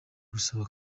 gusaba